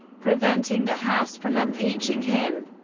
preventing the house from impeaching him.